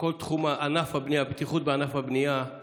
בכך שכל תחום הבטיחות בענף הבנייה הוא